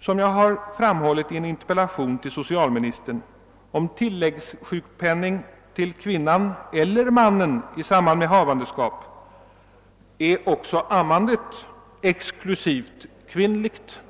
Som jag har framhållit i en interpellation till socialministern om tilläggssjukpenning till kvinnan eller mannen i samband med havandeskap är också ammandet exklusivt kvinnligt.